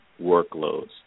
workloads